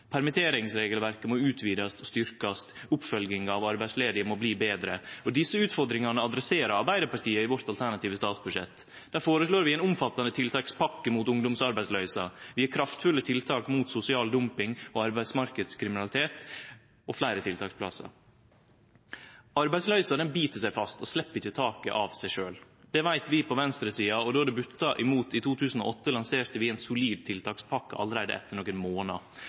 Permitteringsregelverket må utvidast og styrkjast. Oppfølginga av arbeidsledige må bli betre. Desse utfordringane adresserer Arbeidarpartiet i vårt alternative statsbudsjett. Der føreslår vi ei omfattande tiltakspakke mot ungdomsarbeidsløysa. Vi har kraftfulle tiltak mot sosial dumping og arbeidsmarknadskriminalitet og fleire tiltaksplassar. Arbeidsløysa bit seg fast og slepper ikkje taket av seg sjølv. Det veit vi på venstresida. Då det butta imot i 2008, lanserte vi ein solid tiltakspakke allereie etter